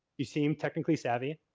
you seem technically savvy.